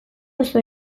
duzu